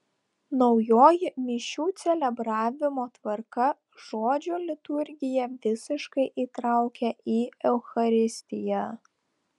naujoji mišių celebravimo tvarka žodžio liturgiją visiškai įtraukia į eucharistiją